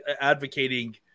advocating